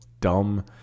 dumb